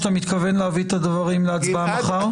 שאתה מתכוון להביא את הדברים להצבעה מחר?